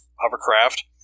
hovercraft